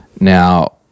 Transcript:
Now